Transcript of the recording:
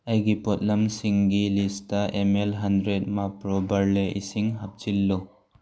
ꯑꯩꯒꯤ ꯄꯣꯠꯂꯝꯁꯤꯡꯒꯤ list M L hundred ꯃꯥꯄ꯭ꯔꯣ ꯕꯔꯂꯦ ꯏꯁꯤꯡ ꯍꯥꯞꯆꯤꯜꯂꯨ